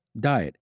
diet